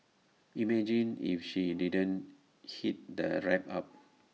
imagine if she didn't heat the wrap up